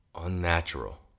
unnatural